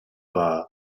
war